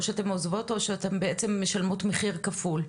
"או שאתן עוזבות או שאתן בעצם משלמות מחיר כפול"